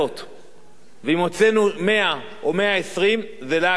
אם הוצאנו 100 או 120 זה לעג לרש, זו בדיחה.